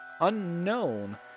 unknown